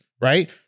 right